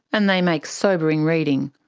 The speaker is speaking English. and they make sobering reading.